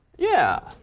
yeah.